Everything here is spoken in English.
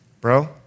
bro